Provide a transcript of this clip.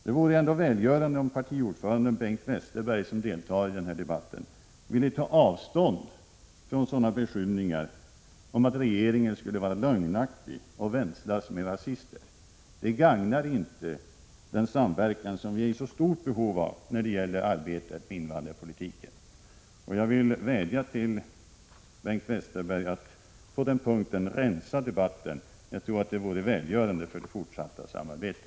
Det vore ändå välgörande om partiordföranden Bengt Westerberg, som deltar i denna debatt, ville ta avstånd från beskyllningarna att regeringen skulle vara lögnaktig och vänslas med rasister, för det gagnar inte den samverkan som vi är i så stort behov av när det gäller arbetet med invandrarpolitiken. Jag vill vädja till Bengt Westerberg att på den punkten rensa debatten. Jag tror att det vore välgörande för det fortsatta samarbetet.